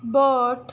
boat